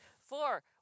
Four